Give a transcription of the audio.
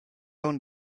und